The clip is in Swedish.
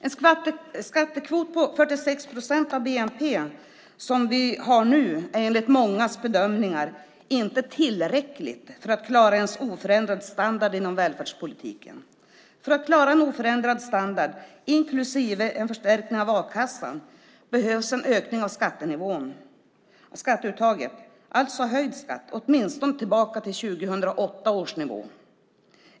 En skattekvot på 46 procent av bnp som vi har nu är enligt mångas bedömningar inte tillräcklig för att klara ens oförändrad standard inom välfärdspolitiken. För att klara en oförändrad standard inklusive en förstärkning av a-kassan behövs en ökning av skatteuttaget, alltså höjd skatt, åtminstone tillbaka till 2008 års nivå.